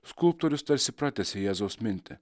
skulptorius tarsi pratęsia jėzaus mintį